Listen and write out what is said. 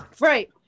right